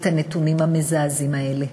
את הנתונים המזעזעים האלה.